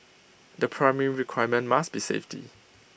the primary requirement must be safety